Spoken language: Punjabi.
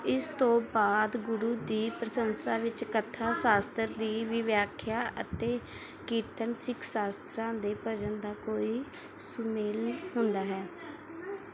ਇਸ ਤੋਂ ਬਾਅਦ ਗੁਰੂ ਦੀ ਪ੍ਰਸ਼ੰਸਾ ਵਿੱਚ ਕਥਾ ਸ਼ਾਸਤਰ ਦੀ ਵਿਆਖਿਆ ਅਤੇ ਕੀਰਤਨ ਸਿੱਖ ਸ਼ਾਸਤਰਾਂ ਦੇ ਭਜਨ ਦਾ ਕੋਈ ਸੁਮੇਲ ਹੁੰਦਾ ਹੈ